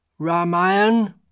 Ramayan